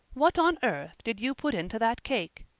what on earth did you put into that cake?